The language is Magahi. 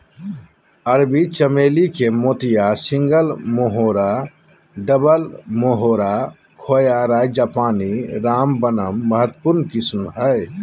अरबी चमेली के मोतिया, सिंगल मोहोरा, डबल मोहोरा, खोया, राय जापानी, रामबनम महत्वपूर्ण किस्म हइ